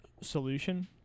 solution